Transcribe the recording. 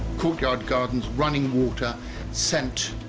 courtyard gardens running water scent